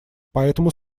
поэтому